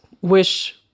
wish